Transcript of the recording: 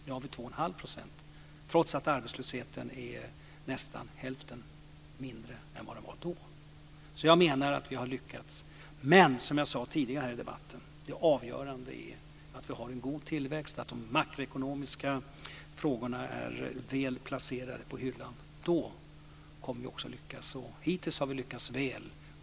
Nu har vi 21⁄2 %, trots att arbetslösheten är nästan hälften så stor som den var då. Jag menar alltså att vi har lyckats. Men som jag sade tidigare är det avgörande att vi har en god tillväxt, att de makroekonomiska frågorna är väl placerade på hyllan. Hittills har vi lyckats väl.